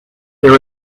there